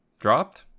Dropped